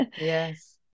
Yes